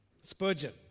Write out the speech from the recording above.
Spurgeon